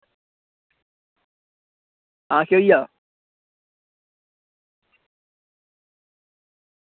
आं सेही आ